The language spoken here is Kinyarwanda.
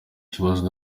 kibazo